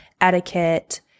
etiquette